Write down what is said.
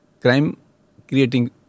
crime-creating